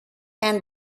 and